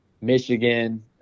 Michigan